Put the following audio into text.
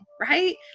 right